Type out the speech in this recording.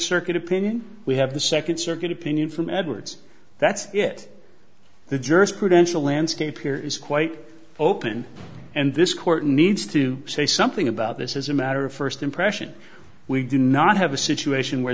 circuit opinion we have the second circuit opinion from edwards that's it the jurisprudential landscape here is quite open and this court needs to say something about this is a matter of first impression we do not have a situation where